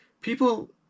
people